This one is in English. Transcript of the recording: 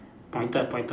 pointed pointed